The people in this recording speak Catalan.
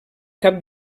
cap